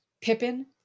Pippin